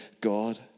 God